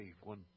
one